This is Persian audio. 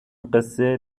قصه